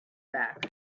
back